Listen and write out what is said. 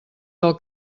del